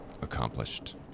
accomplished